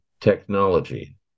technology